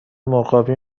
مرغابی